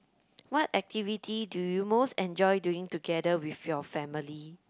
what activity do you most enjoy doing together with your family